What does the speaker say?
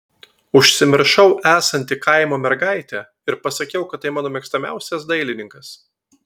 užsimiršau esanti kaimo mergaitė ir pasakiau kad tai mano mėgstamiausias dailininkas